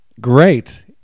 Great